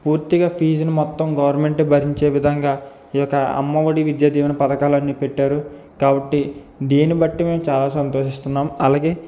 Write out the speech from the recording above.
పూర్తిగా ఫీజుని మొత్తం గవర్నమెంట్ భరించే విధంగా ఈ యొక్క అమ్మ ఒడి విద్య దీవెన పథకాలన్నీ పెట్టారు కాబట్టి దీన్ని బట్టి మేము చాలా సంతోషిస్తున్నాము అలాగే